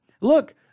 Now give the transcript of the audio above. Look